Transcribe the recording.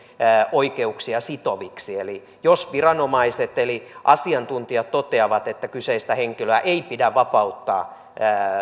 oikeuksia sitoviksi eli jos viranomaiset eli asiantuntijat toteavat että kyseistä henkilöä ei pidä vapauttaa